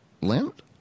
lint